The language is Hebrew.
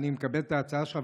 אני מקבל את ההצעה שלך,